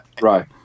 Right